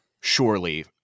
surely